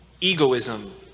egoism